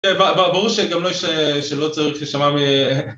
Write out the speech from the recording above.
ברור שגם לא צריך להישמע מ...